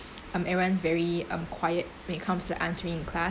everyone's very um quiet when it comes to answering in class